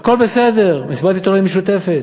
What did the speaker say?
הכול בסדר, מסיבת עיתונאים משותפת.